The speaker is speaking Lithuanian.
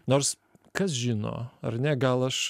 nors kas žino ar ne gal aš